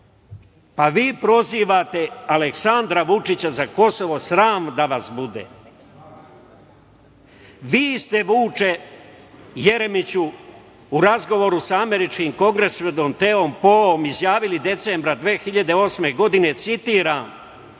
vi prozivate Aleksandra Vučića za Kosovo, sram da vas bude! Vi ste, Vuče Jeremiću, u razgovoru sa američkim kongresmenom Teom Polom izjavili decembra 2008. godine, citiram: